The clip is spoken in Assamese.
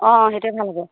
অঁ সেইটোৱে ভাল হ'ব